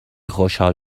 خوشحال